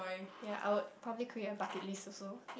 ya I would probably create a bucket list also